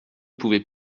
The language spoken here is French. pouvait